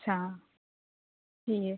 اچھا ٹھیک ہے